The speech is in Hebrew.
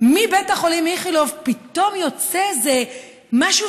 מבית החולים איכילוב פתאום יוצא משהו